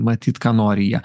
matyt ką nori jie